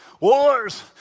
wars